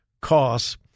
costs